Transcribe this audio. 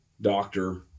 doctor